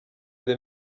the